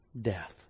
death